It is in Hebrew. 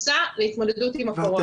קופסה להתמודדות עם הקורונה.